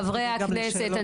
חברי הכנסת,